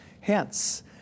Hence